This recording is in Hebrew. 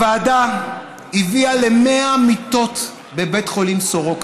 הוועדה הביאה ל-100 מיטות בבית חולים סורוקה.